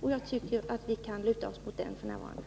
och jag tycker att vi f. n. kan luta oss mot beredningen.